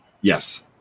Yes